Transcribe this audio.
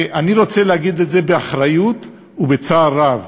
ואני רוצה להגיד את זה באחריות ובצער רב: